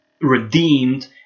redeemed